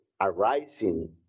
arising